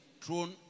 thrown